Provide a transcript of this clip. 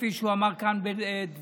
כפי שהוא אמר כאן בדבריו,